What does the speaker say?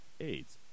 AIDS